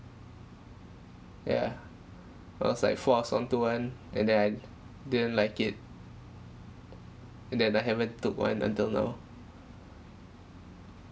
yeah was like forced onto one and then I d~ didn't like it and then I haven't took one until now